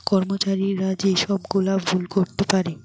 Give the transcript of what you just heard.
কর্মচারীরা যে সব গুলা ভুল করতে পারে